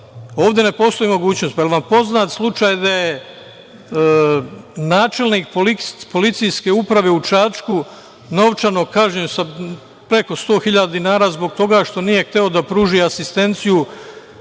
ne postoji mogućnost. Pa, jel vam poznat slučaj da je načelnik policijske uprave u Čačku novčano kažnjen sa preko 100.000 dinara zbog toga što nije hteo da pruži asistenciju